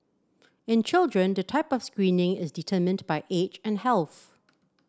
in children the type of screening is determined by age and health